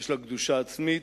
יש לה קדושה עצמית,